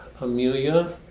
Amelia